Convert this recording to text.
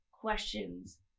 questions